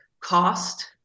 cost